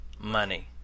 Money